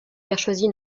vertchoisi